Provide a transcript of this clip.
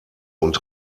und